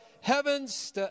heavens